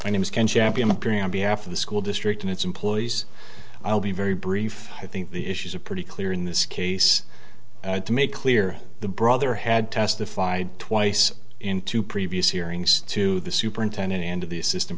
behalf of the school district in its employees i'll be very brief i think the issues are pretty clear in this case to make clear the brother had testified twice in two previous hearings to the superintendent and the assistant